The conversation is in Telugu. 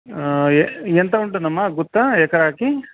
ఎంత ఉంటుందమ్మా గుత్త ఎకరాకి